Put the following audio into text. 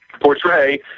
portray